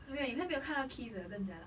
没有你有没有看到 keith 的更 jialat